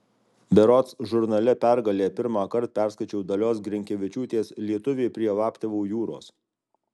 berods žurnale pergalė pirmąkart perskaičiau dalios grinkevičiūtės lietuviai prie laptevų jūros